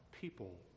people